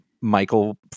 Michael